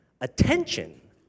attention